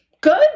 Good